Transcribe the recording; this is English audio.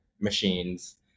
machines